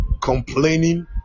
complaining